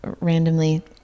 randomly